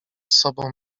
sobą